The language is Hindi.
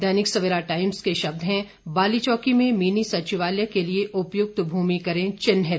दैनिक सवेरा टाइम्स के शब्द हैं बाली चौकी में मिनी सचिवालय के लिये उपयुक्त भूमि करें चिन्हित